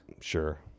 Sure